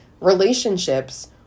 relationships